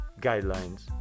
guidelines